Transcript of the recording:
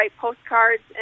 postcards